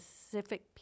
specific